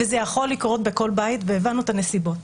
וזה יכול לקרות בכל בית, הבנו את הנסיבות.